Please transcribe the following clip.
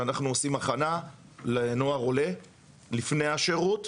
שאנחנו עושים הכנה לנוער עולה לפני השירות.